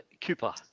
Cooper